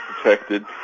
protected